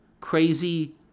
crazy